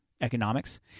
Economics